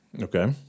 Okay